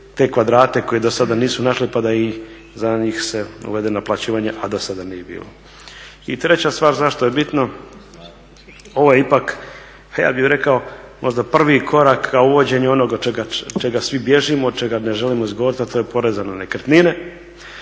te kvadrate koje do sada nisu našle pa da i za njih se uvede naplaćivanje a do sada nije bilo. I treća stvar zašto je bitno, ovo je ipak, a ja bih rekao možda prvi korak ka uvođenju onoga od čega svi bježimo, čega ne želimo izgovoriti a to je poreza na nekretnine,